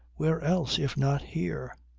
where else if not here,